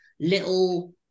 little